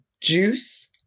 Juice